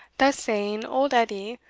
thus saying, old edie,